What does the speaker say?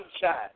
sunshine